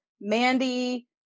Mandy